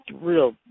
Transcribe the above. real